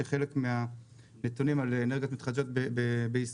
זה שחלק מהנתונים על אנרגיות מתחדשות בישראל,